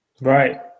right